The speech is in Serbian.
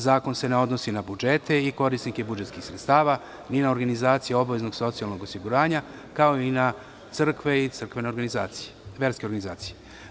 Zakon se ne odnosi na budžete i korisnike budžetskih sredstava, ni na organizaciju obaveznog socijalnog osiguranja, kao i na crkve i crkvene organizacije, verske organizacije.